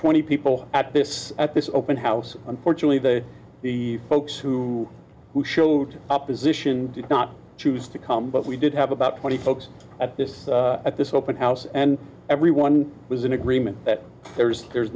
twenty people at this at this open house unfortunately the the folks who who showed up position did not choose to come but we did have about twenty folks at this at this open house and everyone was in agreement that there's there's